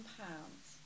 pounds